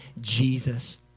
Jesus